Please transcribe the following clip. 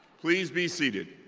please be seated.